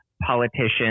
politicians